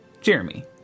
Jeremy